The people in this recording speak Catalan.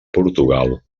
portugal